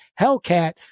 Hellcat